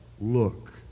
look